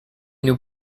nous